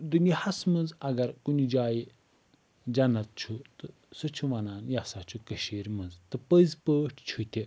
دُنیاہَس مَنٛز اگر کُنہ جایہِ جنت چھُ تہٕ سُہ چھِ ونان یہِ ہَسا چھُ کٔشیٖر مَنٛز تہٕ پٔزۍ پٲٹھۍ چھُ تہِ